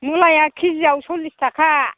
मुलाया केजिआव सल्लिस थाखा